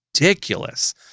ridiculous